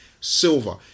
silver